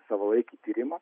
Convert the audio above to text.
savalaikį tyrimą